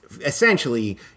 essentially